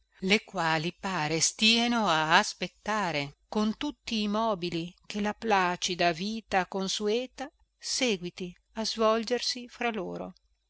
le quali pare stieno a aspettare con tutti i mobili che la placida vita consueta seguiti a svolgersi fra loro